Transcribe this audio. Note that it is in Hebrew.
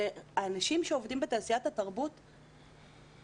אנשים שעובדים בתעשיית התרבות הפרטית,